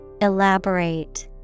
Elaborate